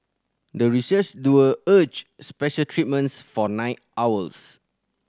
the research duo urged special treatments for night owls